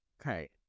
Okay